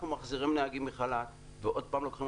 אנחנו מחזירים נהגים מחל"ת ועוד פעם מוציאים